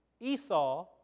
Esau